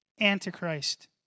Antichrist